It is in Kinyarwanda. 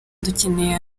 dukeneye